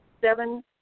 seven